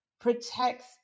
protects